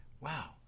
Wow